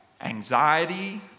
Anxiety